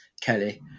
Kelly